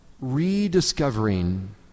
rediscovering